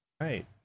right